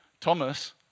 Thomas